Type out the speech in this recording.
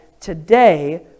today